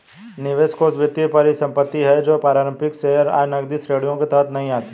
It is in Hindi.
निवेश कोष वित्तीय परिसंपत्ति है जो पारंपरिक शेयर, आय, नकदी श्रेणियों के तहत नहीं आती